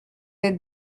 être